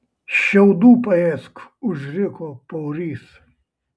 šiaudų paėsk užriko paurys